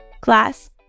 Class